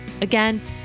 Again